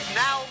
now